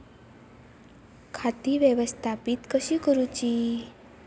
खाती व्यवस्थापित कशी करूची?